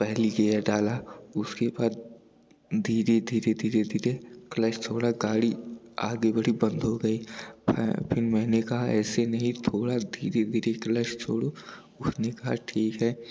पहली गेयर डाला उसके बाद धीरे धीरे धीरे धीरे क्लच छोड़ा गाड़ी आगे बढ़ी बंद हो गई फ़िर मैंने कहा ऐसे नहीं थोड़ा धीरे धीरे क्लच छोड़ो उसने कहा ठीक है